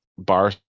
bar